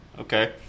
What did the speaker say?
Okay